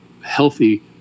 healthy